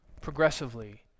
progressively